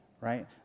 right